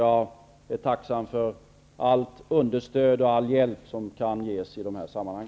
Jag är tacksam för allt stöd och all hjälp som kan ges i detta sammanhang.